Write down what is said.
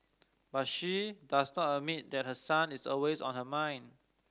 but she does not admit that her son is always on her mind